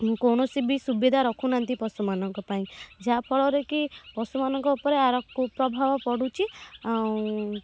କୌଣସି ବି ସୁବିଧା ରଖୁନାହାନ୍ତି ପଶୁମାନଙ୍କ ପାଇଁ ଯାହାଫଳରେ କି ପଶୁମାନଙ୍କ ଉପରେ ଆର କୁପ୍ରଭାବ ପଡ଼ୁଛି ଆଉ